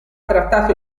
trattato